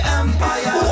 empire